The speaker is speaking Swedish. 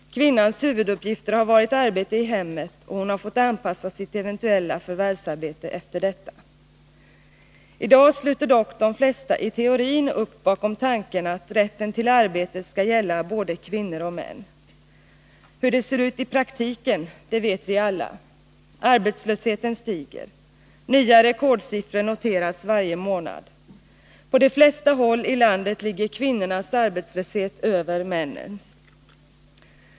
Kvinnans huvuduppgifter har varit arbete i hemmen, och hon har fått anpassa sitt eventuella förvärvsarbete efter detta. I dag sluter dock de flesta i teorin upp bakom tanken att rätten till arbete skall gälla både kvinnor och män. Hur det ser ut i praktiken vet vi alla. Arbetslösheten stiger. Nya rekordsiffror noteras varje månad. På de flesta håll i landet ligger kvinnornas arbetslöshet över männens.